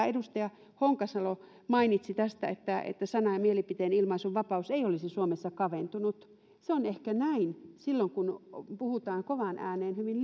edustaja honkasalo mainitsi tästä että että sanan ja mielipiteenilmaisun vapaus ei olisi suomessa kaventunut se on ehkä näin silloin kun puhutaan kovaan ääneen hyvin